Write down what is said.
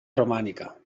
romànica